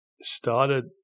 started